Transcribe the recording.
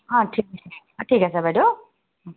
অ ঠিক আছে অ ঠিক আছে বাইদেউ অ